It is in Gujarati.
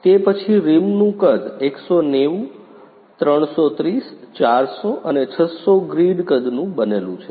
તે પછી રિમનું કદ 190 330 400 અને 600 ગ્રીડ કદનું બનેલું છે